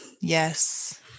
Yes